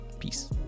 Peace